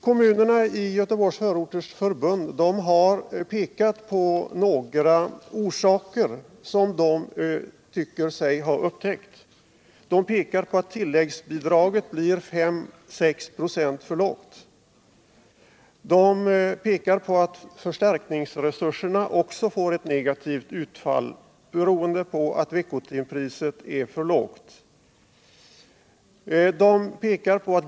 Kommunerna i Göteborgs förorters förbund har pekat på några orsaker som de tycker sig ha upptäckt: Tilläggsbidraget blir 5-6 "6; för lågt. Förstärkningsresurserna ger också ett negativt utfall, beroende på att veckotimpriset är för lågt beräknat.